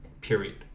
period